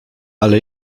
ale